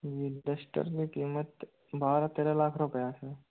जी Duster में कीमत बारह तेरह लाख रुपये है